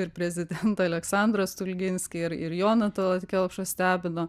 ir prezidentą aleksandrą stulginskį ir ir joną talat kelpšą stebino